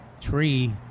tree